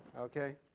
ok.